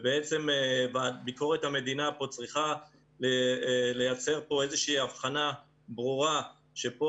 ובעצם הוועדה לענייני ביקורת המדינה צריכה לייצר פה הבחנה ברורה שפה